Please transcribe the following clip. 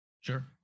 sure